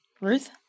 Ruth